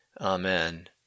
Amen